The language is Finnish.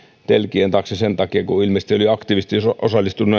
telkien taakse sen takia että ilmeisesti oli aktiivisesti osallistunut